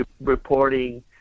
reporting